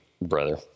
brother